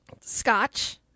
Scotch